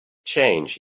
change